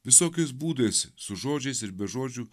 visokiais būdais su žodžiais ir be žodžių